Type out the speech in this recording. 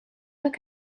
look